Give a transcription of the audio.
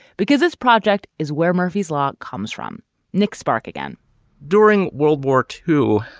because this project is where murphy's law comes from nick spark again during world war two,